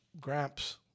Gramps